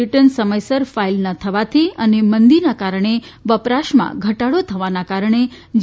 return સમયસર file ન થવાથી અને મંદીને કારણે વપરાશમાં ઘટાડો થવાને કારણે જી